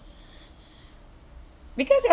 because